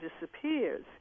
disappears